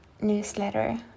newsletter